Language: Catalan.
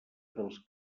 dels